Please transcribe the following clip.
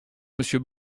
monsieur